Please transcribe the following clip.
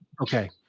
Okay